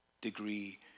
degree